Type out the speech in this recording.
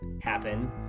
happen